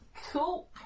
Cool